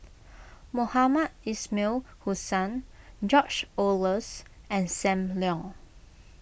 Mohamed Ismail Hussain George Oehlers and Sam Leong